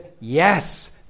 yes